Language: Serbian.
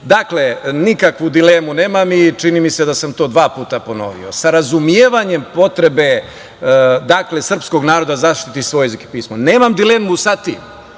drugo. Dakle, nikakvu dilemu nemam, i čini mi se da sam to dva puta pomenuo, sa razumevanjem potrebe srpskog naroda da zaštiti svoj jezik i pismo. Nemam dilemu sa tim,